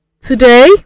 Today